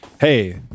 hey